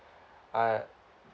uh